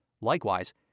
Likewise